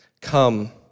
Come